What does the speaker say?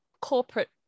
corporate